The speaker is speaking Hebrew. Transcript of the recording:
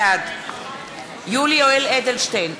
בעד יולי יואל אדלשטיין,